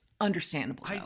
Understandable